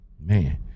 Man